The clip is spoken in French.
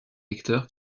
lecteurs